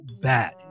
bad